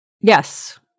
Yes